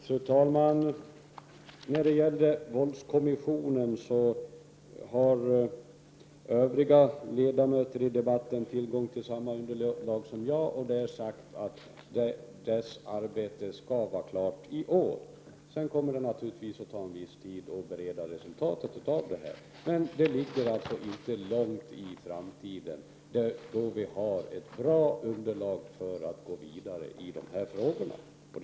Fru talman! När det gäller våldskommissionen har övriga ledamöter i debatten tillgång till samma underlag som jag har. Där sägs att kommissionens arbete skall vara klart i år. Sedan kommer det naturligtvis att ta en viss tid att bereda resultatet. Det dröjer alltså långt in i framtiden, innan vi har ett bra underlag för att kunna gå vidare i dessa frågor.